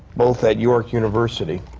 both at york university.